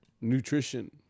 nutrition